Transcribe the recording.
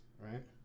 Right